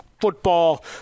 football